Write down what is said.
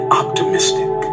optimistic